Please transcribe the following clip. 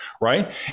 right